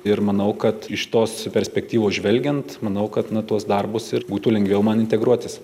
ir manau kad iš tos perspektyvos žvelgiant manau kad na į tuos darbus ir būtų lengviau man integruotis